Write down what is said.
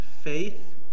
faith